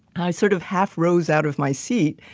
i sort of half rose out of my seat,